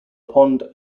pond